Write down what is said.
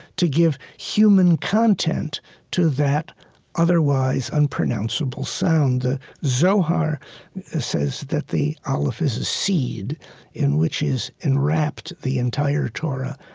to give human content to that otherwise unpronounceable sound. the zohar says that the aleph is a seed in which is enwrapped the entire torah,